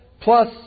plus